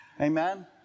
Amen